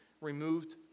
removed